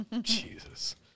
Jesus